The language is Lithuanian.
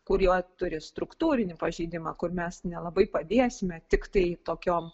kurie turi struktūrinį pažeidimą kur mes nelabai padėsime tiktai tokiom